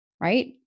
right